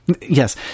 Yes